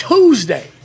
Tuesday